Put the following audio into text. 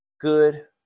Good